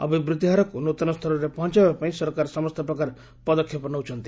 ଅଭିବୃଦ୍ଧି ହାରକୁ ନୂତନ ସ୍ତରରେ ପହଞ୍ଚାଇବା ପାଇଁ ସରକାର ସମସ୍ତ ପ୍ରକାର ପଦକ୍ଷେପ ନେଉଛନ୍ତି